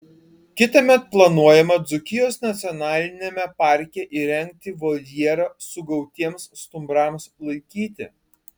kitąmet planuojama dzūkijos nacionaliniame parke įrengti voljerą sugautiems stumbrams laikyti